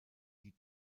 die